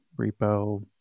repo